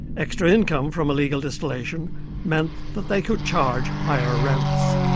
extra income from illegal distillation meant that they could charge higher rents.